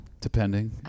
Depending